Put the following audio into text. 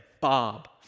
Bob